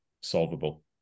solvable